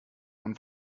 und